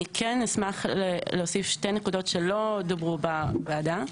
אני כן אשמח להוסיף שתי נקודות שלא דוברו בוועדה.